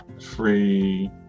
Free